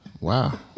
Wow